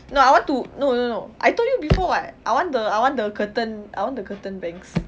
no I want to no no no I told you before [what] I want the I want the curtain I want the curtain bangs